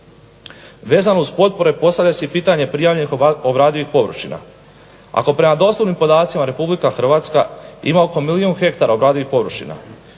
Vezano uz potpore postavlja se pitanje prijavljenih obradivih površina. Ako prema dostupnim podacima RH ima oko milijun hektara obradivih površina